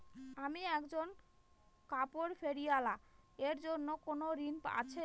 আমি একজন কাপড় ফেরীওয়ালা এর জন্য কোনো ঋণ আছে?